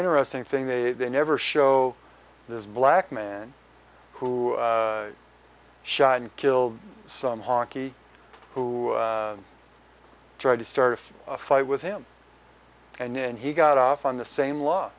interesting thing they never show this black man who shot and killed some hockey who tried to start a fight with him and then he got off on the same law